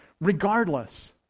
regardless